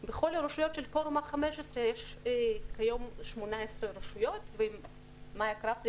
ובכל הרשויות של פורום ה-15 יש כיום 18 רשויות ומאיה קרבטרי